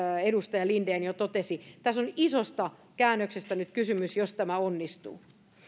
edustaja linden jo totesi tässä on isosta käännöksestä nyt kysymys jos tämä onnistuu